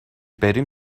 بریم